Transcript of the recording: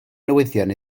newyddion